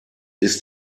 ist